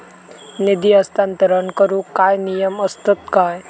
निधी हस्तांतरण करूक काय नियम असतत काय?